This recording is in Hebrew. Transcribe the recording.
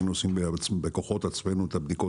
היינו עושים בכוחות עצמנו את הבדיקות